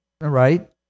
right